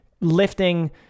lifting